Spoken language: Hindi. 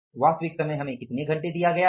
वास्तविक समय हमें कितने घंटे दिया गया हैं